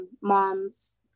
mom's